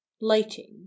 Lighting